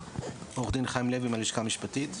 עורך דין חיים לוי מהלשכה המשפטית.